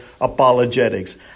apologetics